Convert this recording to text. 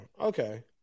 Okay